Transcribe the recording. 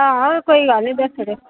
हां कोई गल्ल नी दस्सी ओड़ेओ